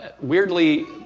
Weirdly